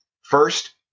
First